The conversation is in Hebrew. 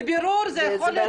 'בבירור' זה יכול להיות